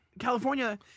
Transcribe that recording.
California